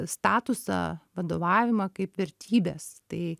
statusą vadovavimą kaip vertybės tai